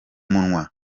munwa